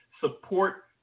support